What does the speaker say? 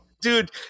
Dude